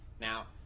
Now